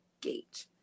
gate